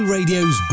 Radio's